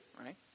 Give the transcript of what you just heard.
right